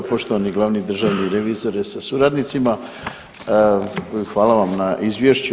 Poštovani glavni državni revizore sa suradnicima, hvala vam na izvješću.